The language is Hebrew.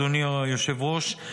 אדוני היושב-ראש,